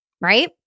right